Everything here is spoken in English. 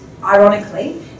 ironically